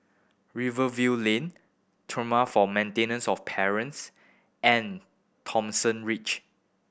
Rivervale Lane Tribunal for Maintenance of Parents and Thomson Ridge